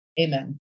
Amen